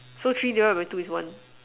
so three divided by two is one